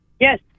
yes